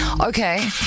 Okay